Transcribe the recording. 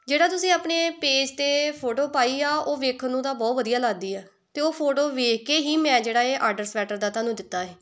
ਜਿਹੜਾ ਤੁਸੀਂ ਆਪਣੇ ਪੇਜ 'ਤੇ ਫੋਟੋ ਪਾਈ ਆ ਉਹ ਵੇਖਣ ਨੂੰ ਤਾਂ ਬਹੁਤ ਵਧੀਆ ਲੱਗਦੀ ਆ ਅਤੇ ਉਹ ਫੋਟੋ ਵੇਖ ਕੇ ਹੀ ਮੈਂ ਜਿਹੜਾ ਇਹ ਆਡਰ ਸਵੈਟਰ ਦਾ ਤੁਹਾਨੂੰ ਦਿੱਤਾ ਸੀ